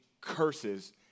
curses